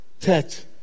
tet